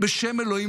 בשם האלוהים,